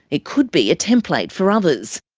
it could be a template for others.